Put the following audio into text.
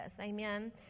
Amen